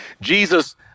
Jesus